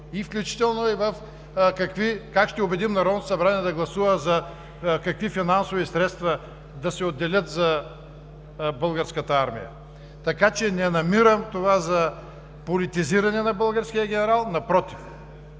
включително и как ще убедим Народното събрание да гласува какви финансови средства да се отделят за Българската армия. Така че не намирам това за политизиране на българския генерал. Напротив,